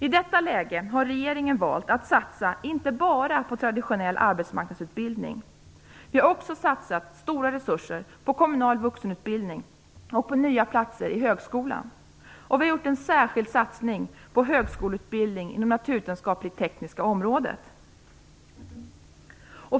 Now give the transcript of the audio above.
I detta läge har regeringen valt att satsa inte bara på traditionell arbetsmarknadsutbildning. Vi har också satsat stora resurser på kommunal vuxenutbildning och på nya platser i högskolan. Vi har gjort en särskild satsning på högskoleutbildning inom det naturvetenskapliga-tekniska området.